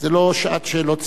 זו לא שעת שאלות ספציפיות.